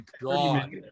God